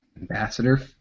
Ambassador